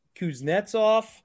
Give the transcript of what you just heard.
Kuznetsov